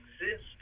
exist